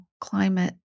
climate